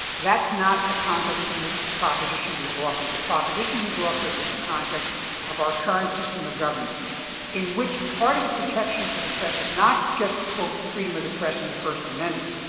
that's not the context in which the proposition is offered. the proposition is offered in the context of our current system of government in which part of the protection for the press is not just, quote, freedom of the press in the first amendment.